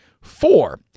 Four